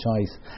choice